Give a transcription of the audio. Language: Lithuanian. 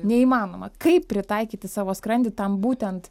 neįmanoma kaip pritaikyti savo skrandį tam būtent